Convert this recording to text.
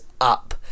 up